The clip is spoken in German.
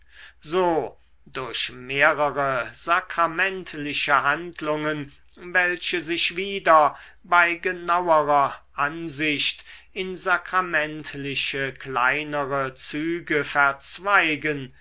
so durch mehrere sakramentliche handlungen welche sich wieder bei genauerer ansicht in sakramentliche kleinere züge verzweigen